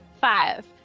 five